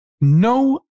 no